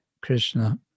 Krishna